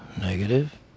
negative